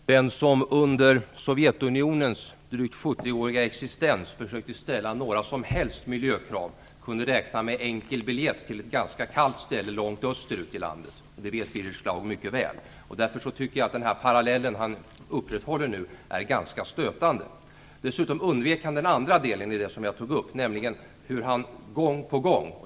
Fru talman! Den som under Sovjetunionens drygt 70-åriga existens försökte ställa några som helst miljökrav kunde räkna med enkelbiljett till ett ganska kallt ställe långt österut i landet. Det vet Birger Schlaug mycket väl. Därför tycker jag att den parallell han upprätthåller är ganska stötande. Dessutom undvek han den andra delen i det som jag tog upp.